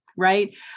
Right